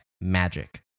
magic